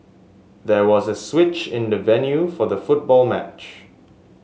there was a switch in the venue for the football match